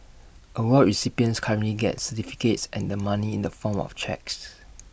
award recipients currently get certificates and the money in the form of cheques